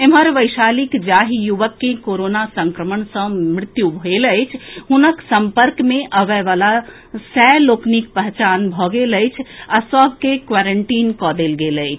एम्हर वैशालीक जाहि युवक के कोरोना संक्रमण सँ मृत्यु भेल अछि हुनक सम्पर्क मे अबएवला सय लोकनिक पहचान भऽ गेल अछि आ सभ के क्वारेंटीन कऽ देल गेल अछि